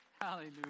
Hallelujah